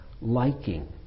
liking